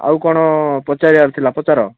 ଆଉ କ'ଣ ପଚାରିବାର ଥିଲା ପଚାର